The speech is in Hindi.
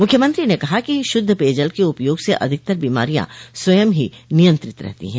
मुख्यमंत्री ने कहा कि शुद्ध पयजल के उपयोग से अधिकतर बीमारियां स्वयं ही नियंत्रित रहती हैं